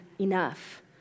enough